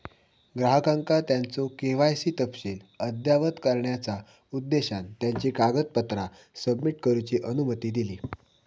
ग्राहकांका त्यांचो के.वाय.सी तपशील अद्ययावत करण्याचा उद्देशान त्यांची कागदपत्रा सबमिट करूची अनुमती दिली